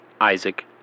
Isaac